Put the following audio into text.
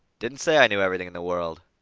didn't say i knew everything in the world,